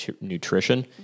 nutrition